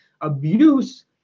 Abuse